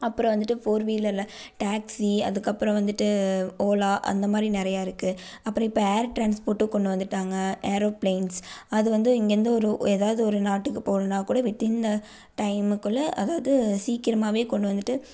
அப்புறோம் வந்துட்டு ஃபோர் வீலரில் டாக்ஸி அதுக்கப்புறோம் வந்துட்டு ஓலா அந்த மாதிரி நிறையா இருக்குது அப்புறோம் இப்போ ஏர்ட்ரான்ஸ்போர்ட்டும் கொண்டு வந்துவிட்டாங்க ஏரோபிளேன்ஸ் அது வந்து இங்கேருந்து ஒரு ஏதாவது ஒரு நாட்டுக்கு போகணுன்னா கூட வித்தின் த டைமுக்குள்ளே அதாவது சீக்கிரமாகவே கொண்டு வந்துட்டு